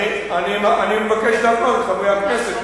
אני מבקש להפנות את חברי הכנסת,